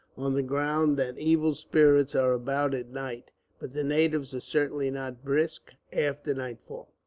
on the ground that evil spirits are about at night but the natives are certainly not brisk, after nightfall.